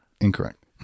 Incorrect